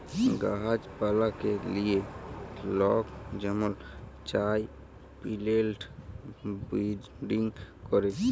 গাহাছ পালাকে লিয়ে লক যেমল চায় পিলেন্ট বিরডিং ক্যরে